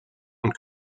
und